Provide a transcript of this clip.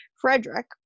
Frederick